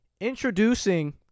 introducing